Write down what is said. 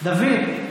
דוד.